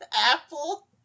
Apple